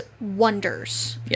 wonders